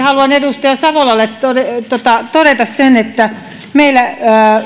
haluan edustaja savolalle todeta sen että meillä